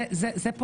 זה הדבר